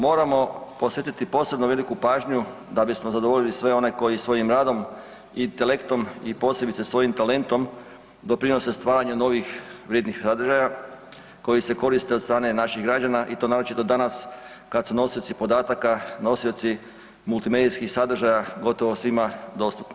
Moramo posvetiti posebno veliku pažnju da bismo zadovoljili sve one koji svojim radom, intelektom i posebice svojim talentom doprinose stvaranju novih vrijednih sadržaja koji se koriste od strane naših građana i to naročito danas kad su nosioci podataka nosioci multimedijskih sadržaja gotovo svima dostupni.